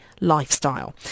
lifestyle